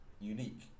unique